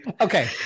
Okay